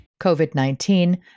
COVID-19